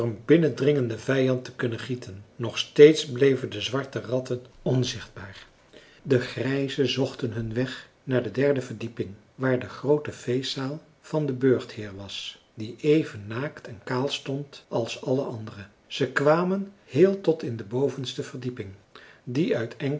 een binnendringenden vijand te kunnen gieten nog steeds bleven de zwarte ratten onzichtbaar de grijze zochten hun weg naar de derde verdieping waar de groote feestzaal van den burchtheer was die even naakt en kaal stond als alle andere ze kwamen heel tot in de bovenste verdieping die uit